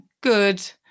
good